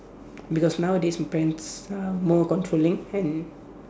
because nowadays depends uh more controlling and